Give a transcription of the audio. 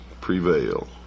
prevail